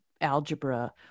algebra